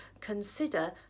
consider